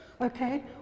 Okay